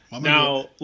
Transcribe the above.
Now